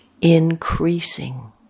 increasing